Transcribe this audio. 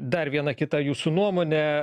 dar viena kita jūsų nuomonė